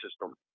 system